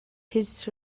his